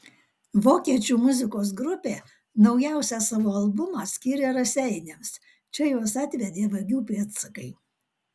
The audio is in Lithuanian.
vokiečių muzikos grupė naujausią savo albumą skyrė raseiniams čia juos atvedė vagių pėdsakai